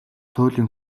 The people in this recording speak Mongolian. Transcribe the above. туйлын